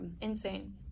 insane